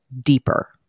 deeper